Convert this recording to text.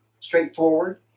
straightforward